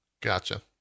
Gotcha